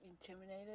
Intimidated